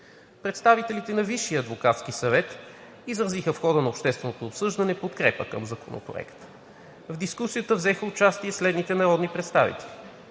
Представителите на Висшия адвокатски съвет изразиха в хода на общественото обсъждане подкрепа към Законопроекта. В дискусията взеха участие народните представители